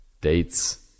dates